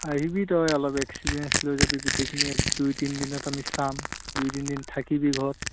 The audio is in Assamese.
আহিবি তই অলপ এক্সপিৰিয়েঞ্চ লৈ যাবি গোটেইখিনি এক দুই তিনিদিনত আমি চাম দুই তিনিদিন থাকিবি ঘৰত